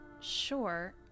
Sure